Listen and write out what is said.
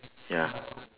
ya